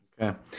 Okay